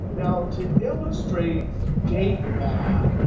now to illustrate date math,